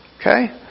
okay